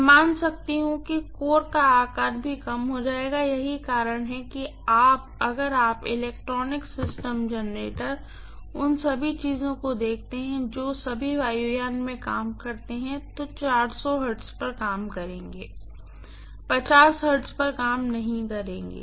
मैं मान सकती हूँ कि कोर का आकार भी कम हो जाएगा यही कारण है कि अगर आप इलेक्ट्रॉनिक सिस्टम जनरेटर उन सभी चीजों को देखते हैं जो सभी वायुयानों में काम करते हैं तो वे सभी हर्ट्ज पर काम करेंगे वे हर्ट्ज पर काम नहीं करेंगे